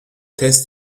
test